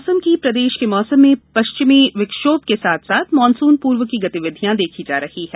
मौसम प्रदेश के मौसम में पश्चिमी विक्षोभ के साथ साथ मॉनसून पूर्व की गतिविधियां देखी जा रही हैं